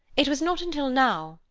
it was not until now,